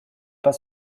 pas